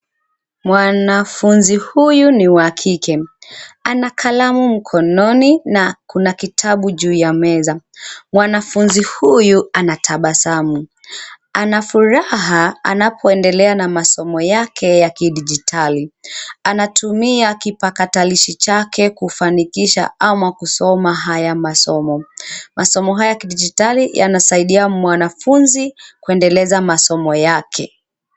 Mwanafunzi huyu ni wa kike, ana kalamu mkononi na kuna kitabu juu ya meza. Mwanafunzi huyu anatabasamu, ana furaha anapoendelea na masomo yake ya kidijitali. Anatumia kipakatalishi chake kufanikisha ama kusoma haya masomo. Masomo haya ya kidijitali yanasaidia mwanafunzi kuendeleza masomo yake.